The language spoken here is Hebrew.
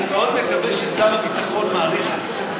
אני מאוד מקווה ששר הביטחון מעריך את זה,